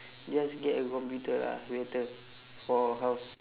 just get a computer lah better for house